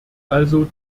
also